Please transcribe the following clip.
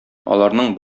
аларның